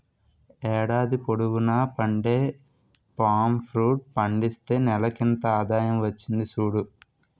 ఏడాది పొడువునా పండే పామ్ ఫ్రూట్ పండిస్తే నెలకింత ఆదాయం వచ్చింది సూడు